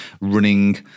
running